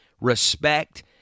respect